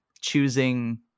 choosing